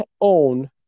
own